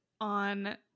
on